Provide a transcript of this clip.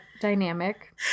dynamic